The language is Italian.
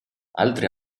altri